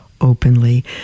openly